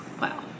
Wow